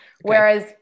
Whereas